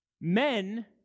men